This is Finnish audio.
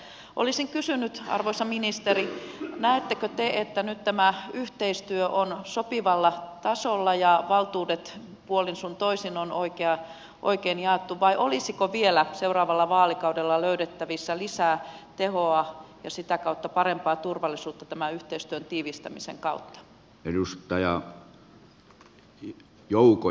olisin kysynyt arvoisa ministeri näettekö te että nyt tämä yhteistyö on sopivalla tasolla ja valtuudet puolin sun toisin on oikein jaettu vai olisiko vielä seuraavalla vaalikaudella löydettävissä lisää tehoa ja sitä kautta parempaa turvallisuutta tämän yhteistyön tiivistämisen kautta